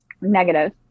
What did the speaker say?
negative